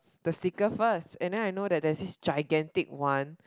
the stickers first and then I know that there is this gigantic one